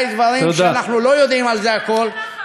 דברים שאנחנו לא יודעים על זה הכול,